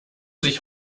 sich